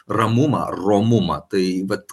ramumą romumą tai vat